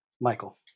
Michael